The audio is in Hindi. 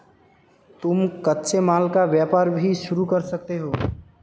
तुम कच्चे माल का व्यापार भी शुरू कर सकते हो